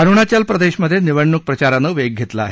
अरुणाचल प्रदेशमधे निवडणूक प्रचारानं वेग घेतला आहे